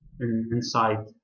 inside